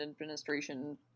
administration